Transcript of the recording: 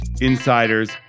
insiders